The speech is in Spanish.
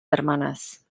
hermanas